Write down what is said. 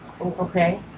Okay